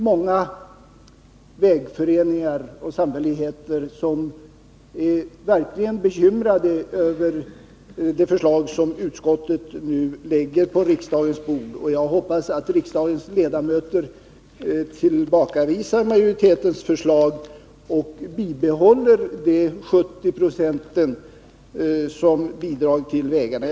Många vägföreningar och samfälligheter är verkligen bekymrade över det förslag som utskottet nu lagt på riksdagens bord, och jag hoppas att riksdagens ledamöter kommer att tillbakavisa majoritetens förslag och bibehålla det 70-procentiga bidraget till vägarna.